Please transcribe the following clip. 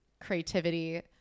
creativity